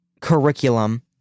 curriculum